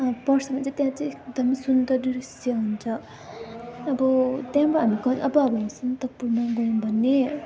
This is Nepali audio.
पर्छ अनि त्यहाँ चाहिँ एकदमै सुन्दर दृश्य हुन्छ अब त्यहाँबाट हामी अब हामी सन्दकपूमा गयौँ भने